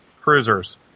cruisers